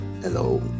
Hello